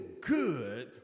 good